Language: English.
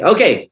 Okay